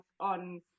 on